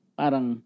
parang